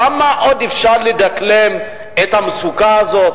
כמה עוד אפשר לדקלם את המצוקה הזאת,